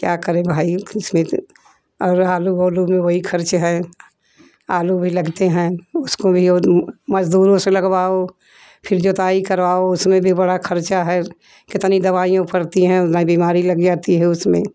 क्या करूँ भाई कुछ और आलू वोलु में वही खर्च है आलू भी लगते है उसको भी और मजदूरों से लगाव फिर जोती करवाव उसमे भी बड़ा खर्चा है कितनी दविया पड़ती है बीमारी लग जाती है उसमें